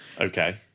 okay